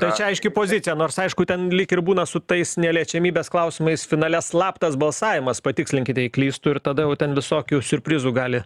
tai čia aiški pozicija nors aišku ten lyg ir būna su tais neliečiamybės klausimais finale slaptas balsavimas patikslinkit jei klystu ir tada ten visokių siurprizų gali